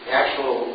actual